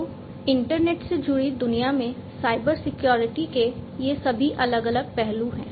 तो इंटरनेट से जुड़ी दुनिया में साइबर सिक्योरिटी के ये सभी अलग अलग पहलू हैं